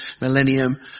millennium